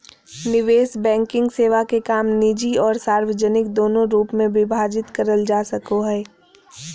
निवेश बैंकिंग सेवा के काम निजी आर सार्वजनिक दोनों रूप मे विभाजित करल जा सको हय